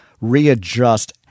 readjust